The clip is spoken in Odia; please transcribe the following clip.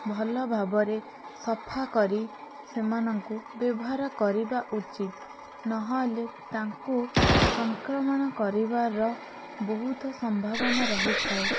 ଭଲ ଭାବରେ ସଫାକରି ସେମାନଙ୍କୁ ବ୍ୟବହାର କରିବା ଉଚିତ୍ ନହେଲେ ତାଙ୍କୁ ସଂକ୍ରମଣ କରିବାର ବହୁତ ସମ୍ଭାବନା ରହିଥାଏ